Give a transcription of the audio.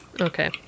Okay